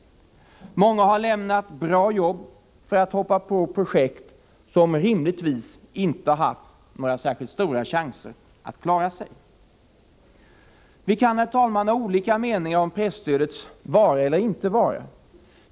Många har lämnat bra jobb för att hoppa på projekt som rimligtvis inte har haft särskilt stora chanser att klara sig. Vi kan, herr talman, ha olika meningar om presstödets vara eller inte vara.